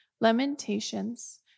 Lamentations